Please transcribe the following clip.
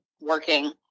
working